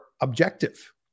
objective